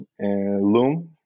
Loom